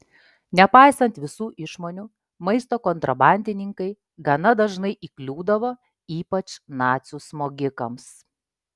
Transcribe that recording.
nepaisant visų išmonių maisto kontrabandininkai gana dažnai įkliūdavo ypač nacių smogikams